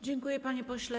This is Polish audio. Dziękuję, panie pośle.